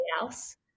else